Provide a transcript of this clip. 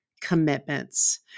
commitments